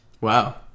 Wow